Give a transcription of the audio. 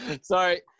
sorry